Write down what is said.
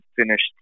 finished